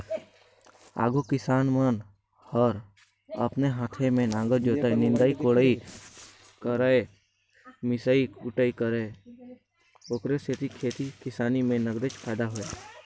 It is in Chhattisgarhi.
आघु किसान मन हर अपने हाते में नांगर जोतय, निंदई कोड़ई करयए मिसई कुटई करय ओखरे सेती खेती किसानी में नगदेच फायदा होय